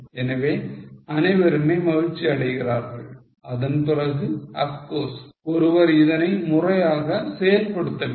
எனவே அனைவருமே மகிழ்ச்சி அடைகிறார்கள் அதன்பிறகு of course ஒருவர் இதனை முறையாக செயல்படுத்த வேண்டும்